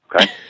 okay